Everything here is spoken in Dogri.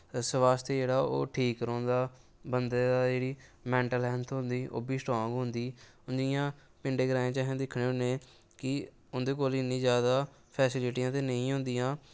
स्वास्थ जेह्का ओह् ठीक रौंह्दा बंदे दी जेह्की मैंटल हैल्थ होंदी ओह् बी ठीक होंदी हून जि'यां पिंडे ग्राएं च अस दिक्खने होन्ने कि उं'दे कोल इन्नी जैदा फैसलिटियां ते नेईं होंदियां